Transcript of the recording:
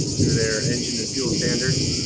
through their engine and fuel standards.